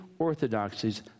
orthodoxies